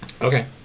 Okay